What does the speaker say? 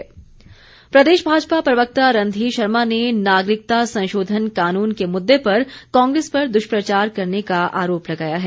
भाजपा प्रदेश भाजपा प्रवक्ता रणधीर शर्मा ने नागरिकता संशोधन कानून के मुददे पर कांग्रेस पर दुष्प्रचार करने का आरोप लगाया है